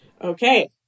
Okay